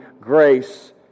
grace